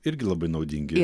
irgi labai naudingi